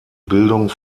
bildung